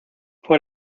fue